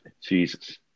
Jesus